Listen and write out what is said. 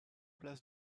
places